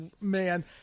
man